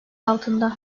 altında